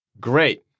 Great